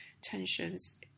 tensions